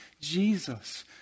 Jesus